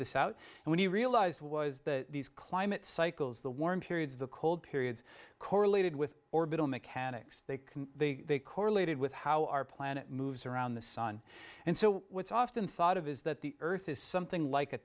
this out and when he realized was that these climate cycles the warm periods of the cold periods correlated with orbital mechanics they can the correlated with how our planet moves around the sun and so what's often thought of is that the earth is something like a